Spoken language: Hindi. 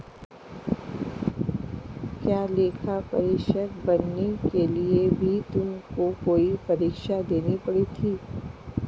क्या लेखा परीक्षक बनने के लिए भी तुमको कोई परीक्षा देनी पड़ी थी?